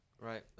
Right